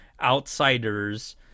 outsiders –